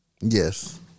Yes